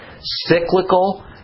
cyclical